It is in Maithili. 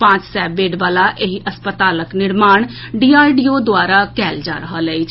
पांच सय बेड वला एहि अस्पतालक निर्माण डीआरडीओ द्वारा कयल जा रहल अछि